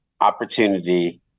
opportunity